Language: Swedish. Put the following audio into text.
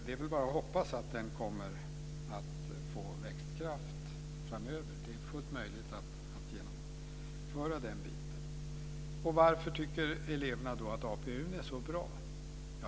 Det är bara att hoppas att den kommer att få växtkraft framöver. Det är fullt möjligt att genomföra den biten. Varför tycker eleverna då att APU:n är så bra?